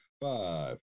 five